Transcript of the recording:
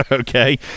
okay